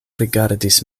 rigardis